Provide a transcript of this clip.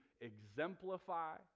exemplify